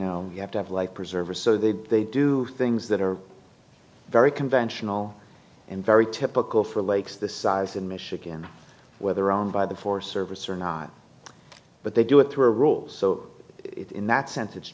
know you have to have like preserver so they they do things that are very conventional and very typical for lakes this size in michigan whether owned by the force service or not but they do it through a rules so it in that sense it's